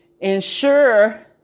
Ensure